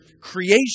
creation